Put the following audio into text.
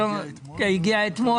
הגיעה אתמול?